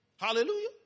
Hallelujah